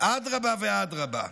אדרבה ואדרבה.